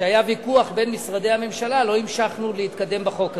כשהיה ויכוח בין משרדי הממשלה לא המשכנו להתקדם בחוק הזה,